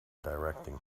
directing